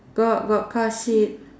got got car sheet